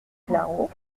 claireaux